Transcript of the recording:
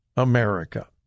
America